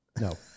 no